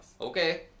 Okay